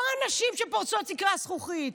לא הנשים שפורצות תקרת זכוכית,